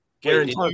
Guaranteed